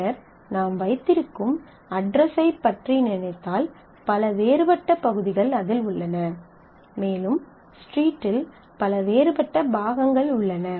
பின்னர் நாம் வைத்திருக்கும் அட்ரஸைப் பற்றி நினைத்தால் பல வேறுபட்ட பகுதிகள் அதில் உள்ளன மேலும் ஸ்ட்ரீடில் பல வேறுபட்ட பாகங்கள் உள்ளன